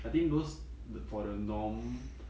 think those the for the norm